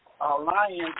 alliance